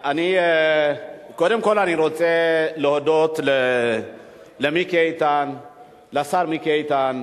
אני קובעת שהצעת חוק המרכז למורשת יהדות אתיופיה,